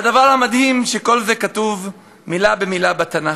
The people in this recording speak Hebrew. והדבר המדהים, שכל זה כתוב מילה במילה בתנ"ך: